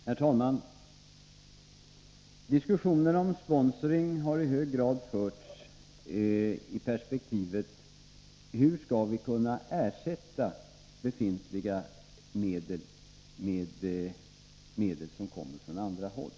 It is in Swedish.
Herr talman! Diskussionen om sponsring har i hög grad förts i perspektivet av hur vi skall kunna ersätta befintliga medel med medel som kommer från andra håll.